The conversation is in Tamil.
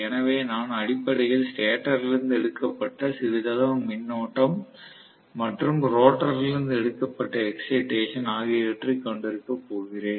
எனவே நான் அடிப்படையில் ஸ்டேட்டரிலிருந்து எடுக்கப்பட்ட சிறிதளவு மின்னோட்டம் மற்றும் ரோட்டரிலிருந்து கொடுக்கப்பட்ட எக்ஸைடேசன் ஆகியவற்றைக் கொண்டிருக்கப்போகிறேன்